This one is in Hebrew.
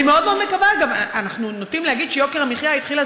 אנחנו נוטים לומר שיוקר המחיה התחיל אז